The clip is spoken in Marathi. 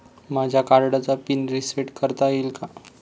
माझ्या कार्डचा पिन रिसेट करता येईल का?